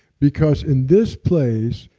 because in this place,